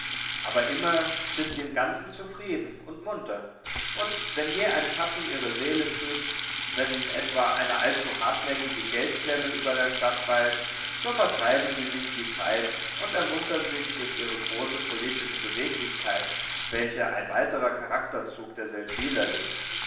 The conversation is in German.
aber immer sind sie im ganzen zufrieden und munter und wenn je ein schatten ihre seele trübt wenn etwa eine allzu hartnäckige geldklemme über der stadt weilt so vertreiben sie sich die zeit und ermuntern sich durch ihre große politische beweglichkeit welche ein weiterer charakterzug der seldwyler ist